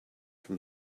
from